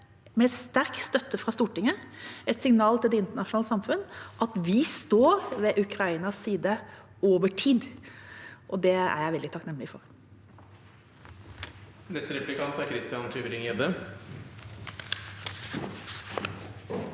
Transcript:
med sterk støtte fra Stortinget – et signal til det internasjonale samfunn om at vi står ved Ukrainas side over tid. Det er jeg veldig takknemlig for.